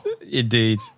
Indeed